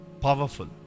powerful